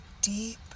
deep